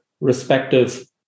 respective